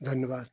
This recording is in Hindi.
धन्यवाद